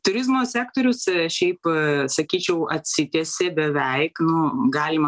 turizmo sektorius šiaip sakyčiau atsitiesė beveik galima